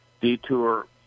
detour